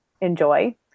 enjoy